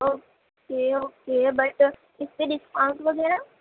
okay okay but اس پہ discount وغیرہ